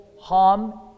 harm